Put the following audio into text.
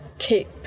keep